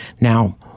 Now